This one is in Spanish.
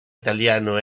italiano